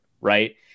Right